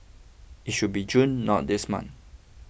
it should be June not this month